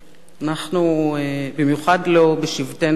במיוחד לא בשבתנו כאן,